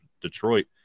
Detroit